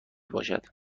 باشد